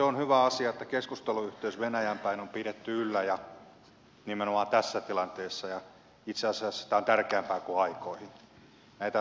on hyvä asia että keskusteluyhteyttä venäjään päin on pidetty yllä ja nimenomaan tässä tilanteessa ja itse asiassa tämä on tärkeämpää kuin aikoihin